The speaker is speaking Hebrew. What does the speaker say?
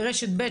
מרשת ב',